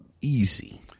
Easy